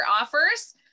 offers